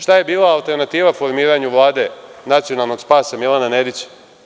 Šta je bila alternativa formiranju Vlade nacionalnog spasa Milana Nedića.